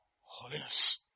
Holiness